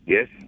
Yes